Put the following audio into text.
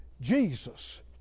Jesus